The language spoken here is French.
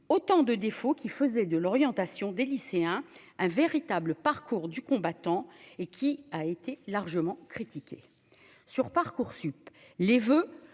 autant de défauts qui faisait de l'orientation des lycéens, un véritable parcours du combattant et qui a été largement critiqué sur Parcoursup les voeux